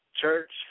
church